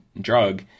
drug